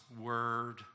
word